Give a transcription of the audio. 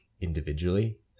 individually